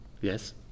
Yes